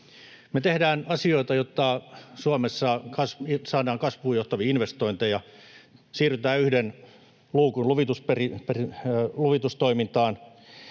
Me tehdään asioita, jotta Suomessa saadaan kasvuun johtavia investointeja: Siirrytään yhden luukun luvitustoimintaan.